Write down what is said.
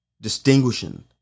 distinguishing